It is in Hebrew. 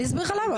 אני אסביר לך למה.